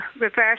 reverse